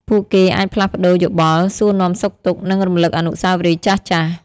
ពួកគេអាចផ្លាស់ប្ដូរយោបល់ សួរនាំសុខទុក្ខ និងរំលឹកអនុស្សាវរីយ៍ចាស់ៗ។